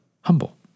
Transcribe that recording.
humble